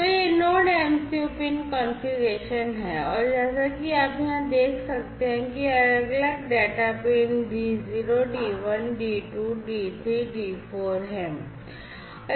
तो यह यह नोड MCU पिन कॉन्फ़िगरेशन है और जैसा कि आप यहां देख सकते हैं कि ये अलग अलग data pin D0 D1 D2 D3 D4 हैं